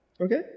okay